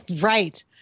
Right